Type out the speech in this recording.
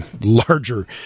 larger